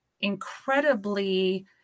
incredibly